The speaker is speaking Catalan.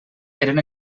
eren